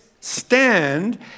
stand